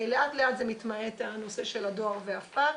לאט לאט זה מתמעט, הנושא של הדואר והפקס.